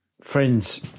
Friends